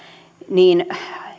niin